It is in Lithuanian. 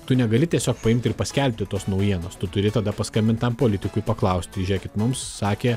tu negali tiesiog paimti ir paskelbti tos naujienos tu turi tada paskambint tam politikui paklausti žėkit mums sakė